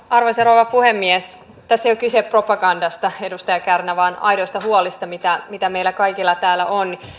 arvoisa rouva puhemies tässä ei ole kyse propagandasta edustaja kärnä vaan aidoista huolista mitä mitä meillä kaikilla täällä on